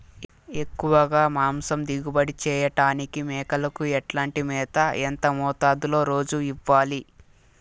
ఎక్కువగా మాంసం దిగుబడి చేయటానికి మేకలకు ఎట్లాంటి మేత, ఎంత మోతాదులో రోజు ఇవ్వాలి?